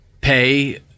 Pay